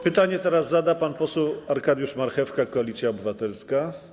Pytanie teraz zada pan poseł Arkadiusz Marchewka, Koalicja Obywatelska.